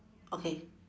okay